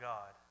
God